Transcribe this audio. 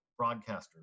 broadcasters